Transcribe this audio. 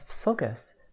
focus